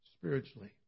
spiritually